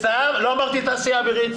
לא אמרתי תעשייה אווירית.